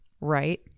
right